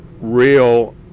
real